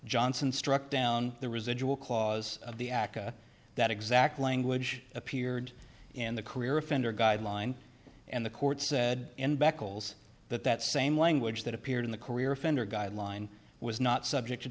johnson struck down the residual clause of the aca that exact language appeared in the career offender guideline and the court said in beccles that that same language that appeared in the career offender guideline was not subject to